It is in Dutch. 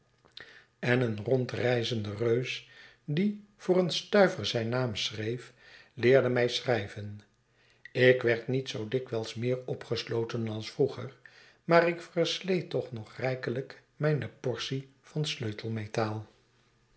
en een rondreizende reus die voor een stuiver zijn naam schreef leerde mij schrijven ik werd niet zoo dikwijls meer opgesloten als vroeger maar ik versleet toch nog rijkelijk mijne portie van